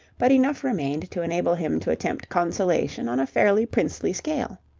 but enough remained to enable him to attempt consolation on a fairly princely scale.